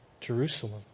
Jerusalem